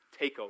takeover